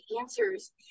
answers